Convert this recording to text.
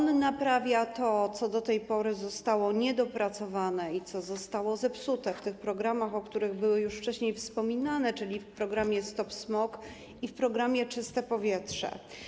Naprawia on to, co do tej pory zostało niedopracowane i co zostało zepsute w tych programach, o których już wcześniej wspominano, czyli programie „Stop smog” i programie „Czyste powietrze”